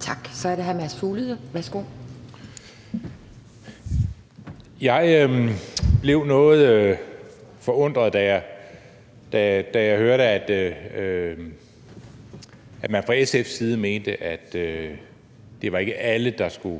Kl. 12:59 Mads Fuglede (V): Jeg blev noget forundret, da jeg hørte, at man fra SF's side mente, at det ikke var alle, der